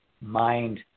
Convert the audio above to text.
mind